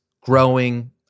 growing